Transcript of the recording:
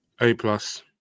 A-plus